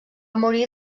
morir